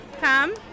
come